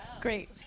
great